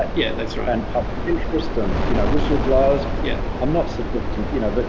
ah yeah, that's right. and public interest and, you know, whistleblowers. yeah, i'm not suggesting, you know, but